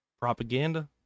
Propaganda